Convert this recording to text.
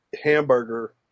hamburger